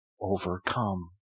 overcome